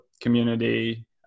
community